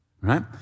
right